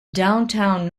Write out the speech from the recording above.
downtown